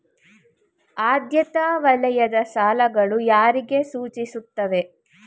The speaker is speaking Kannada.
ಆದ್ಯತಾ ವಲಯದ ಸಾಲಗಳು ಯಾರಿಗೆ ಸೂಚಿಸುತ್ತವೆ?